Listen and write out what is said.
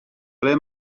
ble